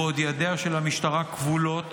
בעוד שידיה של המשטרה כבולות,